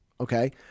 okay